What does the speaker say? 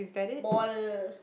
ball